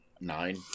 Nine